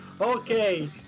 Okay